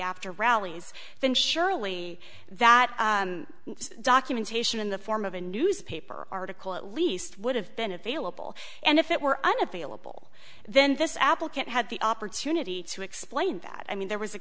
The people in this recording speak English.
after rallies then surely that documentation in the form of a newspaper article at least would have been available and if it were unavailable then this applicant had the opportunity to explain that i mean there was a